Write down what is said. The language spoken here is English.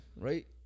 right